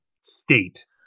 State